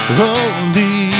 holy